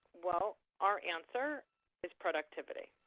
well, our answer is productivity.